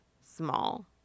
small